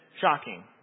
shocking